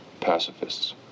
pacifists